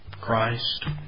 Christ